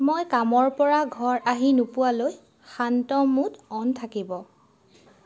মই কামৰ পৰা ঘৰ আহি নোপোৱালৈ শান্ত মুড অ'ন থাকিব